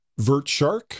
VertShark